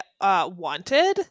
wanted